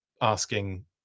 asking